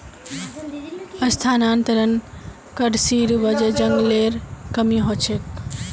स्थानांतरण कृशिर वजह जंगलेर कमी ह छेक